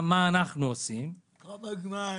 כמה זמן?